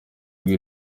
ijwi